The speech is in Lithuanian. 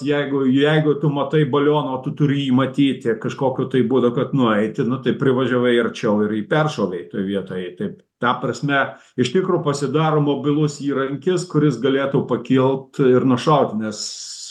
jeigu jeigu tu matai balioną o tu turi jį matyti kažkokiu tai būdu kad nueiti nu tai privažiavai arčiau ir jį peršovei toj vietoj taip ta prasme iš tikro pasidaro mobilus įrankis kuris galėtų pakilt ir nušaut nes